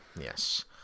yes